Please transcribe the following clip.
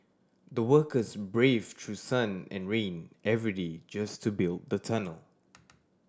the workers braved through sun and rain every day just to build the tunnel